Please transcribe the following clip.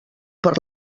per